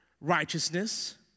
righteousness